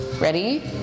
Ready